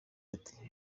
ati